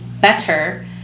better